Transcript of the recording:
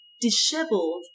disheveled